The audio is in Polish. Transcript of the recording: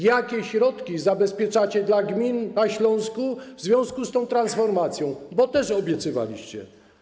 Jakie środki zabezpieczacie dla gmin na Śląsku w związku z tą transformacją, bo też je obiecywaliście.